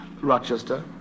Rochester